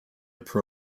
pro